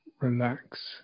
relax